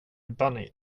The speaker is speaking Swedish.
bunny